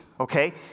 Okay